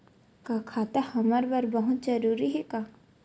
का खाता हमर बर बहुत जरूरी हे का?